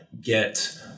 get